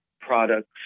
products